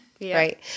right